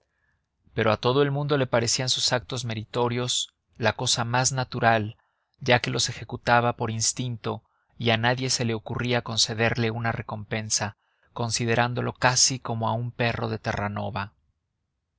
pero a todo el mundo le parecían sus actos meritorios la cosa más natural ya que los ejecutaba por instinto y a nadie se le ocurría concederle una recompensa considerándolo casi como a un perro de terranova